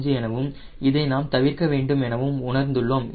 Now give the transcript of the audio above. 55 எனவும் இதை நாம் தவிர்க்க வேண்டும் எனவும் உணர்ந்துள்ளோம்